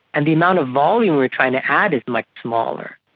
and the amount of volume we're trying to add is much smaller.